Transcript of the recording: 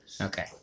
Okay